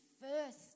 first